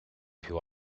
più